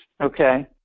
Okay